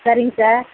சரிங்க சார்